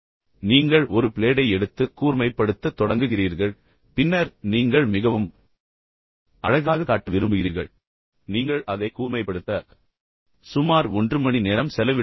இப்போது நீங்கள் ஒரு பிளேடை எடுத்து பின்னர் கூர்மைப்படுத்தத் தொடங்குகிறீர்கள் பின்னர் நீங்கள் மிகவும் அழகாக காட்ட விரும்புகிறீர்கள் பின்னர் நீங்கள் அதை கூர்மைப்படுத்த சுமார் 1 மணி நேரம் செலவிடுகிறீர்கள்